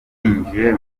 yinjiye